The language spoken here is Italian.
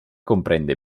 comprende